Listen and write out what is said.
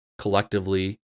collectively